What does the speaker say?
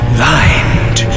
lined